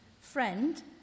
friend